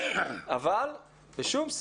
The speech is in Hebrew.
אבל שוב,